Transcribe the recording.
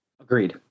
Agreed